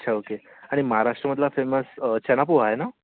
अच्छा ओके आणि महाराष्ट्रामधला फेमस चणा पोहा आहे ना